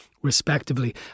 respectively